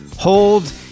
hold